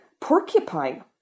porcupine